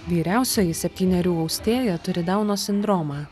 vyriausioji septynerių austėja turi dauno sindromą